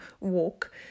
walk